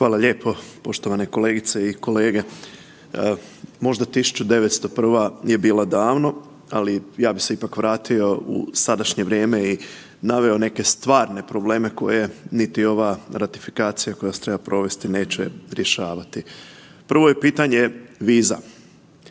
Hvala lijepo. Poštovane kolegice i kolege. Možda 1901. Je bila davno, ali ja bih se ipak vratio u sadašnje vrijeme i naveo neke stvarne probleme koje niti ova ratifikacija koja se treba provesti neće rješavati. Prvo je pitanje viza.